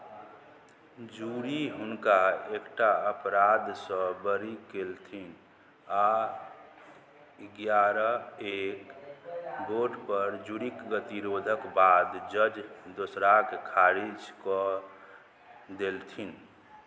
jury हुनका एक टा अपराधसँ बरी केलथिन आ एगारह एक वोटपर जूरीक गतिरोधक बाद जज दोसराकेँ खारिज कऽ देलथिन